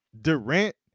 durant